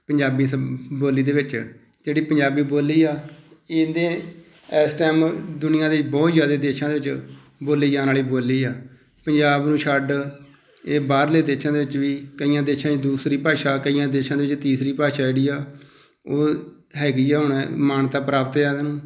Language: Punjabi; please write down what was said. ਪੰਜਾਬੀ ਸੱਭ ਬੋਲੀ ਦੇ ਵਿੱਚ ਜਿਹੜੀ ਪੰਜਾਬੀ ਬੋਲੀ ਆ ਇਹਦੇ ਇਸ ਟਾਈਮ ਦੁਨੀਆਂ ਦੇ ਵਿੱਚ ਬਹੁਤ ਜ਼ਿਆਦਾ ਦੇਸ਼ਾਂ ਦੇ ਵਿੱਚ ਬੋਲੀ ਜਾਣ ਵਾਲੀ ਬੋਲੀ ਆ ਪੰਜਾਬ ਨੂੰ ਛੱਡ ਇਹ ਬਾਹਰਲੇ ਦੇਸ਼ਾਂ ਦੇ ਵਿੱਚ ਵੀ ਕਈਆਂ ਦੇਸ਼ਾਂ 'ਚ ਦੂਸਰੀ ਭਾਸ਼ਾ ਕਈਆਂ ਦੇਸ਼ਾਂ ਦੇ ਵਿੱਚ ਤੀਸਰੀ ਭਾਸ਼ਾ ਜਿਹੜੀ ਆ ਉਹ ਹੈਗੀ ਆ ਹੁਣ ਮਾਨਤਾ ਪ੍ਰਾਪਤ ਆ ਇਹਨੂੰ